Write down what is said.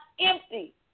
empty